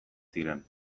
ziren